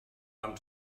vam